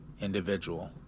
individual